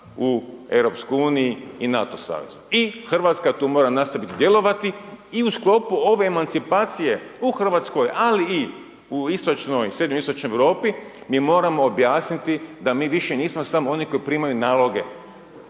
u Europskoj uniji i NATO savezu, i Hrvatska tu mora nastaviti djelovati i u sklopu ove emancipacije u Hrvatskoj, ali i u Istočnoj, Srednje-istočnoj Europi, mi moramo objasniti da mi više nismo samo oni koji primaju naloge.